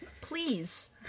Please